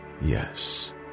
yes